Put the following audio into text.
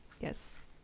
Yes